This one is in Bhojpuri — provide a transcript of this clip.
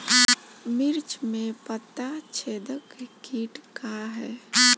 मिर्च में पता छेदक किट का है?